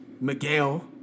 Miguel